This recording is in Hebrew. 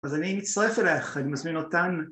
‫אז אני מצטרף אליך, ‫אני מזמין אותן.